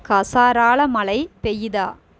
கசாராவில மழை பெய்யுதா